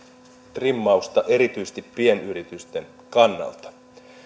trimmausta erityisesti pienyritysten kannalta